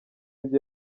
ibyo